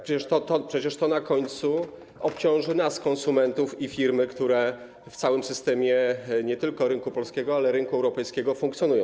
Przecież to na końcu obciąży nas, konsumentów, i firmy, które w całym systemie nie tylko rynku polskiego, ale także rynku europejskiego funkcjonują.